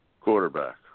Quarterback